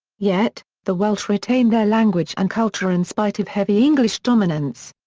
yet, the welsh retained their language and culture in spite of heavy english dominance.